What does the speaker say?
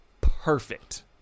perfect